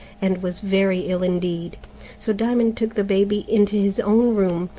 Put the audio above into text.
and was very ill indeed so diamond took the baby into his own room,